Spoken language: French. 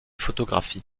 photographie